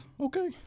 Okay